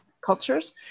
cultures